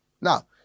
Now